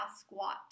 squat